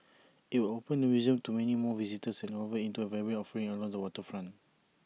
IT would open the museum to many more visitors and convert IT into A vibrant offering along the waterfront